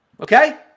Okay